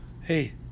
hey